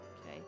Okay